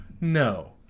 No